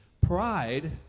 Pride